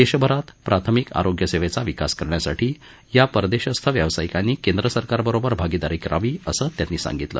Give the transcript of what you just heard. देशभरात प्राथमिक आरोग्यसेवेचा विकास करण्यासाठी या परदेशस्थ व्यावसायिकांनी केंद्र सरकारबरोबर भागीदारी करावी असं त्यांनी सांगितलं